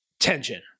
Tension